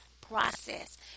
process